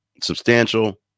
substantial